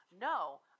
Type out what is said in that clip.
No